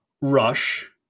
rush